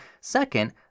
second